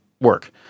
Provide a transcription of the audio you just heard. work